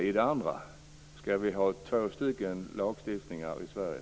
Skall vi ha två lagstiftningar i Sverige?